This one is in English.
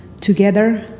together